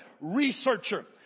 researcher